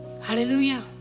Hallelujah